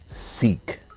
seek